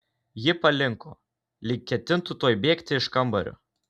ji palinko lyg ketintų tuoj bėgti iš kambario